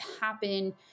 happen